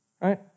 Right